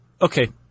okay